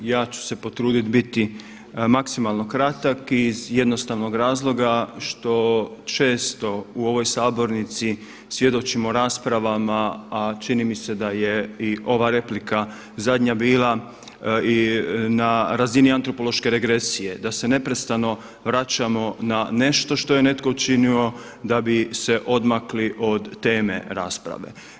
Ja ću se potruditi biti maksimalno kratak iz jednostavnog razloga što često u ovoj sabornici svjedočimo raspravama, a čini mi se da je i ova replika zadnja bila na razini antropološke regresije, da se neprestano vraćamo na nešto što je netko učinio da bi se odmakli od teme rasprave.